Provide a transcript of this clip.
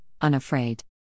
unafraid